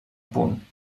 punt